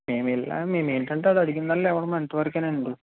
మేము వెళ్ళినా మేమెంటంటే వాళ్ళు అడిగినదల్ల ఇవ్వడం అంతవరకే నండి